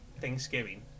Thanksgiving